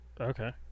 Okay